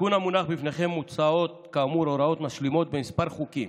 בתיקון המונח בפניכם מוצעות כאמור הוראות משלימות בכמה חוקים